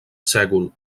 sègol